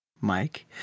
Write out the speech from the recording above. Mike